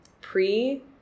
pre